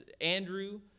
Andrew